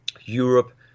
Europe